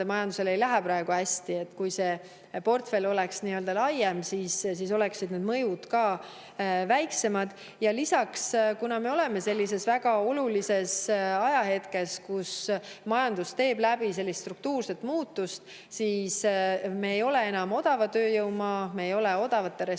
majandusel ei lähe praegu hästi. Kui see portfell oleks nii-öelda laiem, siis oleksid need mõjud väiksemad. Lisaks, me oleme väga olulises ajahetkes, kus majandus teeb läbi struktuurset muutust. Me ei ole enam odava tööjõu maa, me ei ole odavate ressursside